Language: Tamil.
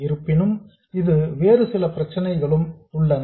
இருப்பினும் இதில் வேறு சில பிரச்சனைகளும் உள்ளன